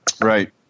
Right